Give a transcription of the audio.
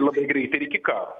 labai greit ir iki karo